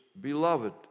beloved